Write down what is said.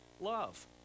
love